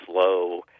slow